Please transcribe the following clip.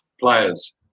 players